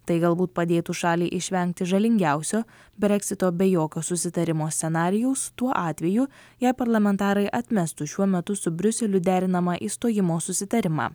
tai galbūt padėtų šaliai išvengti žalingiausio breksito be jokio susitarimo scenarijaus tuo atveju jei parlamentarai atmestų šiuo metu su briuseliu derinamą išstojimo susitarimą